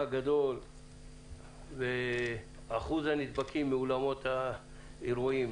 הגדול ואחוז הנדבקים באולמות האירועים.